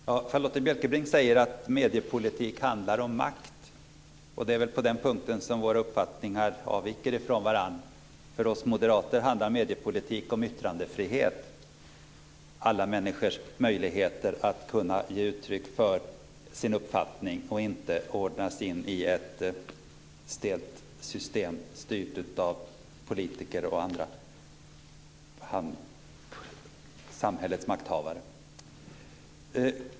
Herr talman! Charlotta Bjälkebring säger att mediepolitik handlar om makt. Det är väl på den punkten som våra uppfattningar avviker från varandra. För oss moderater handlar mediepolitik om yttrandefrihet, om alla människors möjlighet att kunna ge uttryck för sin uppfattning och inte ordnas in i ett stelt system styrt av politiker och andra samhällets makthavare.